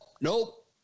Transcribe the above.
nope